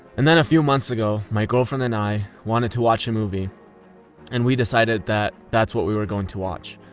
and then a few months ago, my girlfriend and i wanted to watch a movie and we decided that's what we were going to watch.